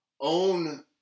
own